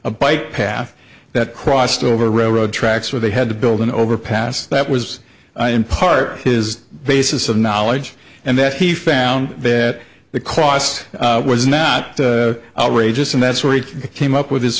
a bike path that crossed over railroad tracks where they had to build an overpass that was in part his basis of knowledge and that he found that the cost was not outrageous and that's where he came up with his